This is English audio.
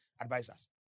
advisors